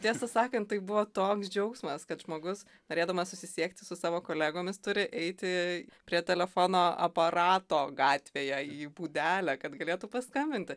tiesą sakant tai buvo toks džiaugsmas kad žmogus norėdamas susisiekti su savo kolegomis turi eiti prie telefono aparato gatvėje į būdelę kad galėtų paskambinti